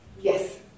Yes